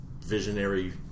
Visionary